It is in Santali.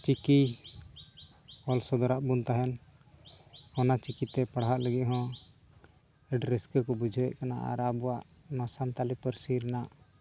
ᱪᱤᱠᱤ ᱚᱞ ᱥᱚᱫᱚᱨᱟᱜ ᱵᱚᱱ ᱛᱟᱦᱮᱸᱫ ᱚᱱᱟ ᱪᱤᱠᱤᱛᱮ ᱯᱟᱲᱦᱟᱜ ᱞᱟᱹᱜᱤᱫ ᱦᱚᱸ ᱟᱹᱰᱤ ᱨᱟᱹᱥᱠᱟᱹ ᱠᱚ ᱵᱩᱡᱷᱟᱹᱣᱮᱫ ᱠᱟᱱᱟ ᱟᱨ ᱟᱵᱚᱣᱟᱜ ᱱᱚᱣᱟ ᱥᱟᱱᱛᱟᱞᱤ ᱯᱟᱹᱨᱥᱤ ᱨᱮᱱᱟᱜ